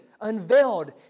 unveiled